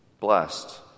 blessed